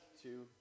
Two